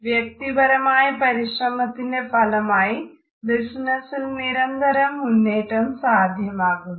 വ്യക്തിപരമായ പരിശ്രമത്തിന്റെ ഫലമായി ബിസിനസ്സിൽ നിരന്തര മുന്നേറ്റം സാധ്യമാകുന്നു